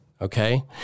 Okay